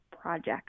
project